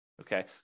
Okay